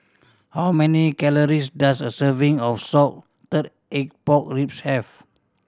how many calories does a serving of salted egg pork ribs have